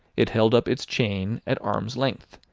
it held up its chain at arm's length,